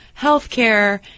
healthcare